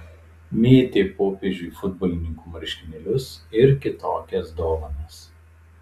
mėtė popiežiui futbolininkų marškinėlius ir kitokias dovanas